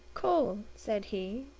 cole, said he,